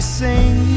sing